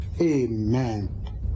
Amen